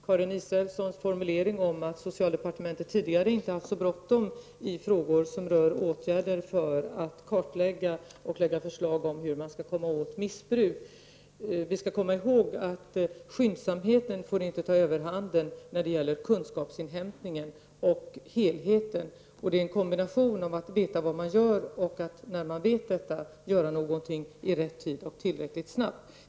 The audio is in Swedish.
Karin Israelsson sade att socialdepartementet tidigare inte har haft så bråttom när det gäller frågor som rör åtgärder för att kartlägga och lägga fram förslag om hur man skall komma åt missbruk. Vi skall komma ihåg att skyndsamheten inte får ta överhanden när det gäller kunskapsinhämtningen och helheten. Det är en kombination av att veta vad man gör och, när man vet detta, göra någonting i rätt tid och tillräckligt snabbt.